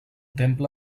temple